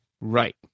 Right